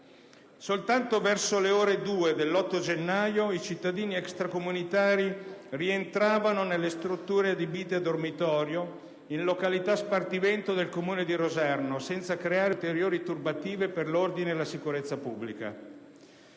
Soltanto verso le ore 2 dell'8 gennaio i cittadini extracomunitari rientravano nelle strutture adibite a dormitorio in località Spartivento del Comune di Rosarno, senza creare ulteriori turbative per l'ordine e la sicurezza pubblica.